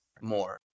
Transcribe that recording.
more